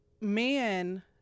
men